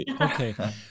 Okay